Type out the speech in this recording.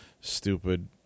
stupid